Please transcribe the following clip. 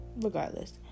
regardless